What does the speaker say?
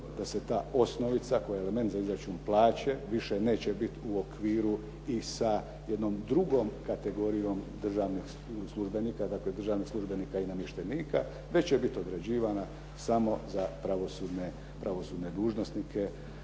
da se ta osnova koja je element za izračun plaće više neće biti u okviru i sa jednom drugom kategorijom državnih službenika, dakle, državnik službenika i namještenika. Već biti određivana samo za pravosudne dužnosnike